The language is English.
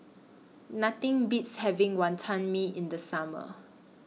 Nothing Beats having Wantan Mee in The Summer